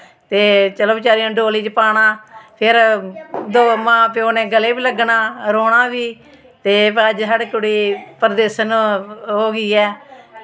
ते चलो बचैरियां डोली च पाना फिर मां प्यो नै गले बी लग्गना रौह्ना बी ते अज्ज साढ़ी कुड़ी प्रदेसन होई गेई ऐ